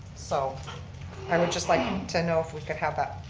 so i would just like to know if we could have that